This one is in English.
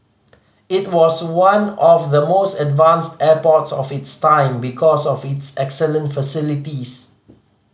it was one of the most advanced airports of its time because of its excellent facilities